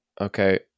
okay